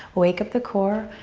wake up the core,